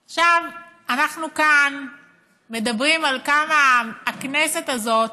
עכשיו, אנחנו כאן מדברים על כמה הכנסת הזאת